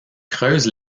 creuse